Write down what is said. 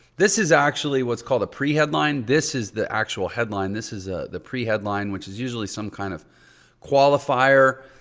this is actually what's called a pre-headline. this is the actual headline. this is ah the pre-headline which is usually some kind of qualifier.